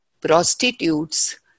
prostitutes